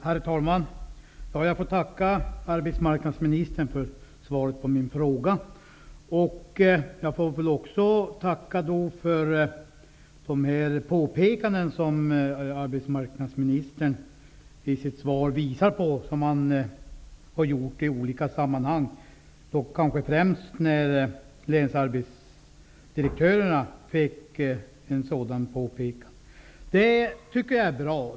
Herr talman! Jag får tacka arbetsmarknadsministern för svaret på min fråga. Jag vill också tacka för de påpekanden som arbetsmarknadsministern gjorde i svaret, vilka han i olika sammanhang har framfört och då kanske främst till länsarbetsdirektörerna. Detta är bra.